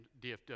DFW